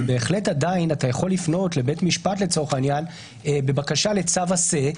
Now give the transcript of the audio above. בהחלט עדיין אתה יכול לפנות לבית משפט בבקשה לצו עשה,